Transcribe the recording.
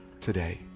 today